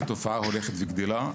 זה תופעה הולכת וגדלה,